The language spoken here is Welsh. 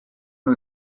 nhw